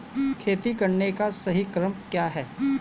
खेती करने का सही क्रम क्या है?